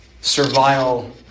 servile